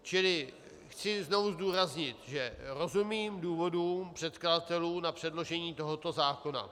Čili chci znovu zdůraznit, že rozumím důvodům předkladatelů na předložení tohoto zákona.